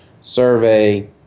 survey